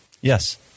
Yes